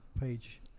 page